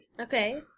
Okay